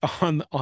on